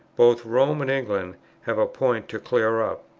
both rome and england have a point to clear up.